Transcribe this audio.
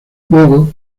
luego